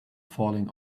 falling